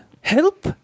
help